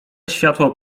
światło